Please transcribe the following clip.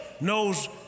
knows